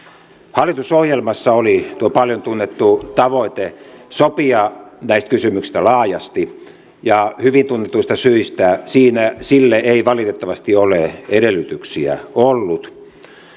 hallitusohjelmassa oli tuo paljon tunnettu tavoite sopia näistä kysymyksistä laajasti ja hyvin tunnetuista syistä sille ei valitettavasti ole edellytyksiä ollut